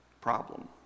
problem